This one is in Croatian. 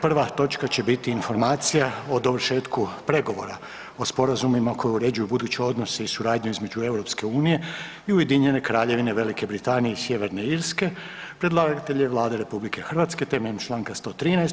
Prva točka će biti: - Informacija o dovršetku pregovora o sporazumima koji uređuju buduće odnose i suradnju između Europske unije i Ujedinjene Kraljevine Velike Britanije i Sjeverne Irske; Predlagatelj je Vlada RH temeljem čl. 113.